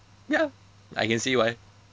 ya I can see why